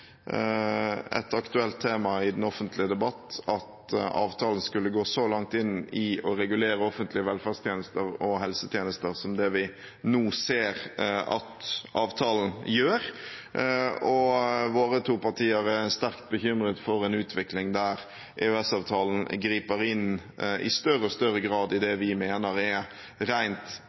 et aktuelt tema i den offentlige debatt at avtalen skulle gå så langt i å regulere offentlige velferdstjenester og helsetjenester som det vi nå ser at avtalen gjør. Våre to partier er sterkt bekymret for en utvikling der EØS-avtalen i større og større grad griper inn i det vi mener er